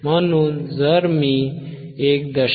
म्हणून जर मी 1